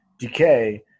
Decay